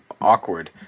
awkward